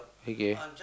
okay